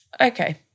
okay